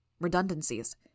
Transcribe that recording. Redundancies